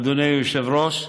אדוני היושב-ראש.